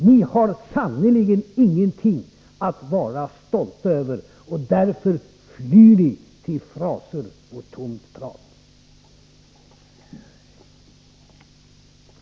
Ni har sannerligen ingenting att vara stolta över, och därför flyr ni till fraser och tomt prat.